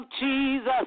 Jesus